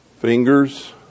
Fingers